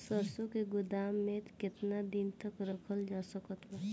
सरसों के गोदाम में केतना दिन तक रखल जा सकत बा?